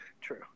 True